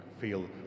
feel